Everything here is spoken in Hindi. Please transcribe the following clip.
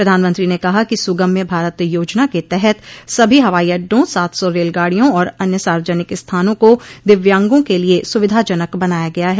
प्रधानमंत्री ने कहा कि सुगम्य भारत योजना के तहत सभी हवाई अड्डों सात सौ रेलगाडियों और अन्य सार्वजनिक स्थानों को दिव्यांगों के लिए सुविधाजनक बनाया गया है